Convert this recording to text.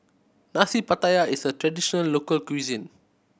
Nasi Pattaya is a traditional local cuisine